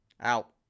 Out